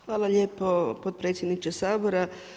Hvala lijepo potpredsjedniče Sabora.